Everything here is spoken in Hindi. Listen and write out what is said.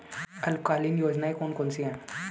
अल्पकालीन योजनाएं कौन कौन सी हैं?